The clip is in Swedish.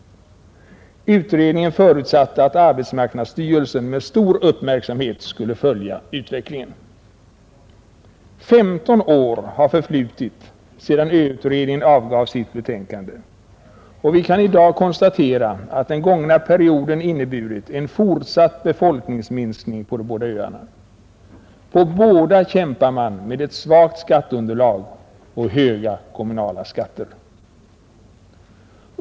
Utredningen förutsatte att arbetsmarknadsstyrelsen med stor uppmärksamhet skulle följa utvecklingen. Femton år har förflutit sedan ö-utredningen avgav sitt betänkande, och vi kan i dag konstatera att den gångna perioden inneburit en fortsatt befolkningsminskning på de båda öarna. På båda kämpar man med ett svagt skatteunderlag och höga kommunala skatter.